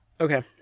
Okay